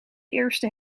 eerste